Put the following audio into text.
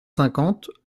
cinquante